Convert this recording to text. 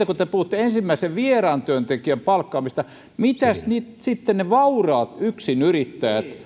kun te puhutte ensimmäisen vieraan työntekijän palkkaamisesta mitäs nyt sitten ne vauraat yksinyrittäjät